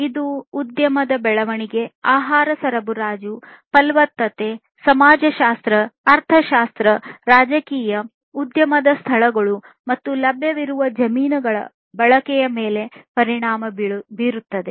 ಇದು ಉದ್ಯಮದ ಬೆಳವಣಿಗೆ ಆಹಾರ ಸರಬರಾಜು ಫಲವತ್ತತೆ ಸಮಾಜಶಾಸ್ತ್ರ ಅರ್ಥಶಾಸ್ತ್ರ ರಾಜಕೀಯ ಉದ್ಯಮದ ಸ್ಥಳಗಳು ಮತ್ತು ಲಭ್ಯವಿರುವ ಜಮೀನುಗಳ ಬಳಕೆಯ ಮೇಲೆ ಪರಿಣಾಮ ಬೀರುತ್ತದೆ